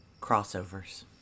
Crossovers